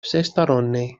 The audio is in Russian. всесторонней